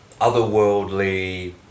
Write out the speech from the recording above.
otherworldly